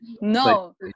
no